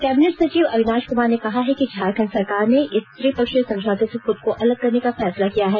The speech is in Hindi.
कैबिनेट सचिव अविनाश कुमार ने कहा है कि झारखंड सरकार इस त्रिपक्षीय समझौते से खुद को अलग करने का फैसला किया है